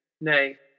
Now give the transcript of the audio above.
nay